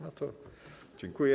No to dziękuję.